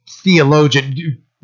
theologian